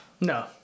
No